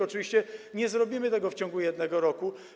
Oczywiście nie zrobimy tego w ciągu jednego roku.